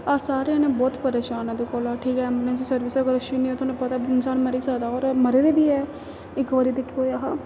अस सारेआ जनें बहुत परेशान आं एह्दे कोला ठीक ऐंबुलेंस सर्विस गै अच्छी नेईं ऐ थहू पता इंसान मरी सकदा होर मरे दे बी ऐ इक बारी ते केह् होएआ हा